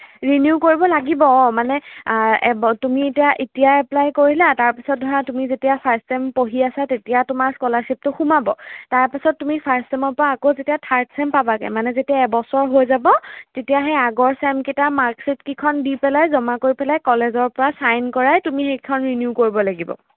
renew কৰিব লাগিব অঁ মানে এব তুমি ইতা এতিয়া এপ্লাই কৰিলা তাৰপিছত ধৰা তুমি যেতিয়া ফাৰ্ষ্ট চেম পঢ়ি আছা তেতিয়া তোমাৰ স্কলাৰশ্বিপটো সোমাব তাৰপিছত তুমি ফাৰ্ষ্ট চেমৰ পৰা আকৌ যেতিয়া থাৰ্ড চেম পাবাগৈ মানে যেতিয়া এবছৰ হৈ যাব তেতিয়া সেই আগৰ চেম কেইটাৰ মাৰ্কছশ্বিটকেইখন দি পেলাই জমা কৰি পেলাই কলেজৰ পৰা চাইন কৰাই তুমি সেইকেইখন ৰিনিউ কৰিব লাগিব